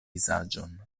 vizaĝon